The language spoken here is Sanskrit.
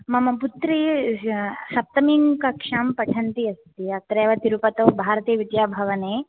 मम पुत्री सप्तमीं कक्ष्यां पठन्ती अस्ति अत्रैव तिरुपतौ भारतीविद्याभवने